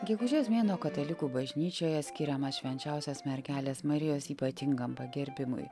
gegužės mėnuo katalikų bažnyčioje skiriamas švenčiausios mergelės marijos ypatingam pagerbimui